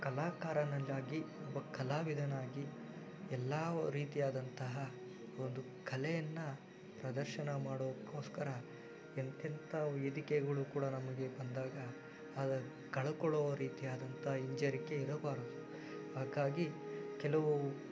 ಕಲಾಕಾರ ನಾನಾಗಿ ಒಬ್ಬ ಕಲಾವಿದನಾಗಿ ಎಲ್ಲ ರೀತಿಯಾದಂತಹ ಒಂದು ಕಲೆಯನ್ನು ಪ್ರದರ್ಶನ ಮಾಡೋಕ್ಕೋಸ್ಕರ ಎಂಥೆಂತಹ ವೇದಿಕೆಗಳು ಕೂಡ ನಮಗೆ ಬಂದಾಗ ಅವನ್ನು ಕಳೆದುಕೊಳ್ಳುವ ರೀತಿಯಾದಂತಹ ಹಿಂಜರಿಕೆ ಇರಬಾರದು ಹಾಗಾಗಿ ಕೆಲವು